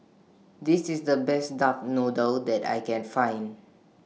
This IS The Best Duck Noodle that I Can Find